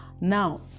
Now